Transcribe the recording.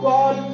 God